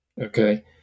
okay